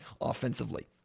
offensively